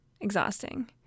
exhausting